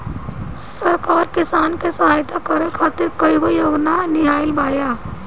सरकार किसान के सहयता करे खातिर कईगो योजना लियाइल बिया